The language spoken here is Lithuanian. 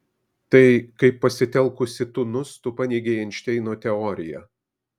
tai kaip pasitelkusi tunus tu paneigei einšteino teoriją